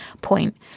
point